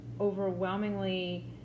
overwhelmingly